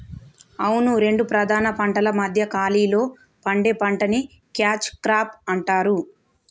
అవును రెండు ప్రధాన పంటల మధ్య ఖాళీలో పండే పంటని క్యాచ్ క్రాప్ అంటారు